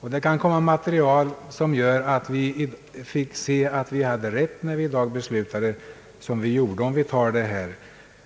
och det kan komma material som gör att vi får se att vi hade rätt när vi i dag beslöt som vi gjorde om vi bifaller utskottets förslag.